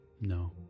No